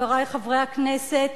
חברי חברי הכנסת,